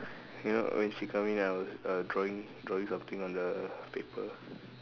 you know when she come in I was uh drawing drawing something on the paper